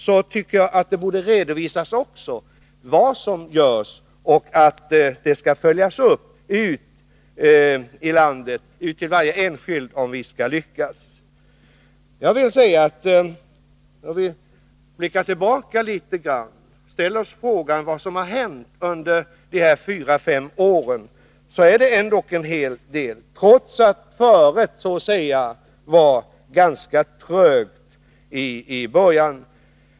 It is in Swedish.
Därför tycker jag att det borde redovisas också vad som görs. Men det skall följas upp i landet av varje enskild, om vi skall lyckas. Om vi blickar tillbaka litet och ställer oss frågan vad som har hänt under de här fyra fem åren, finner vi att det ändå skett en hel del, trots att föret så att säga var ganska trögt i början.